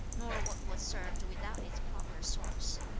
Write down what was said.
nor what was served without its proper sauce.